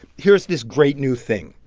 here's this great new thing.